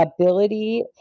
ability